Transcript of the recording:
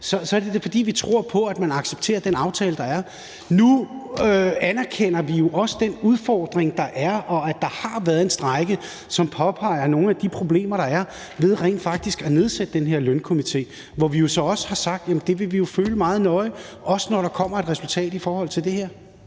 eller andet sted, fordi man tror på, at den aftale, der er, accepteres. Nu anerkender vi jo også den udfordring, der er, og at der har været en strejke, som har påpeget nogle af de problemer, der er, ved rent faktisk at nedsætte den her lønstrukturkomité, og hvor vi jo så også har sagt, at det vil vi følge meget nøje, også når der kommer et resultat i forhold til det her.